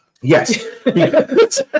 Yes